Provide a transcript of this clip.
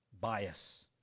Bias